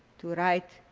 to write,